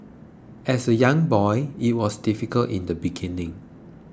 as a young boy it was difficult in the beginning